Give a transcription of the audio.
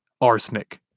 arsenic